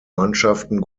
mannschaften